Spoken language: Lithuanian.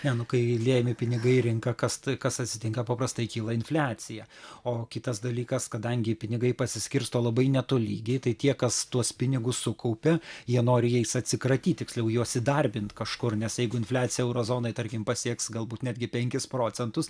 ne nu kai liejami pinigai į rinką kas tai kas atsitinka paprastai kyla infliacija o kitas dalykas kadangi pinigai pasiskirsto labai netolygiai tai tie kas tuos pinigus sukaupia jie nori jais atsikratyt tiksliau juos įdarbint kažkur nes jeigu infliacija euro zonoj tarkim pasieks galbūt netgi penkis procentus